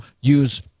use